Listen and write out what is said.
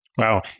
Wow